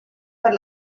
per